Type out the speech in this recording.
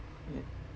uh